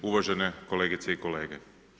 Uvažene kolegice i kolege.